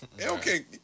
okay